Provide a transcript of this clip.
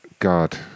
God